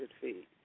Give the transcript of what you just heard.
feet